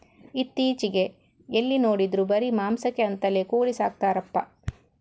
ಇತ್ತೀಚೆಗೆ ಎಲ್ಲಿ ನೋಡಿದ್ರೂ ಬರೀ ಮಾಂಸಕ್ಕೆ ಅಂತಲೇ ಕೋಳಿ ಸಾಕ್ತರಪ್ಪ